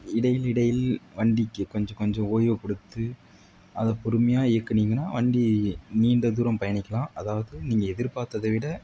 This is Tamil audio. இடையில் இடையில் வண்டிக்கு கொஞ்சம் கொஞ்சம் ஓய்வை கொடுத்து அதை பொறுமையாக இயக்குனீங்கன்னால் வண்டி நீண்ட தூரம் பயணிக்கலாம் அதாவது நீங்கள் எதிர்பார்த்தத விட